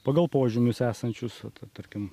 pagal požymius esančius vat tarkim